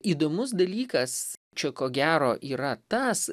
įdomus dalykas čia ko gero yra tas